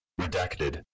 Redacted